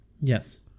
yes